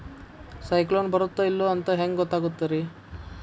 ಸೈಕ್ಲೋನ ಬರುತ್ತ ಇಲ್ಲೋ ಅಂತ ಹೆಂಗ್ ಗೊತ್ತಾಗುತ್ತ ರೇ?